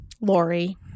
Lori